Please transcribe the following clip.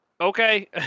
Okay